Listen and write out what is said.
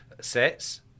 sets